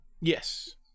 Yes